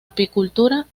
apicultura